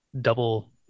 double